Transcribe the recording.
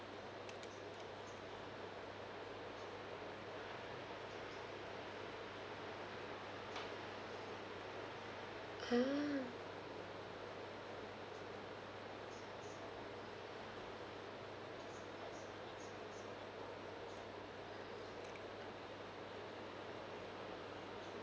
ah